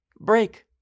break